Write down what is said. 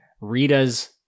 Rita's